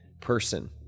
person